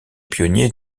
pionniers